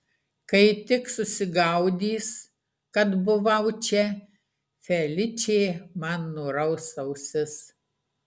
kai tik susigaudys kad buvau čia feličė man nuraus ausis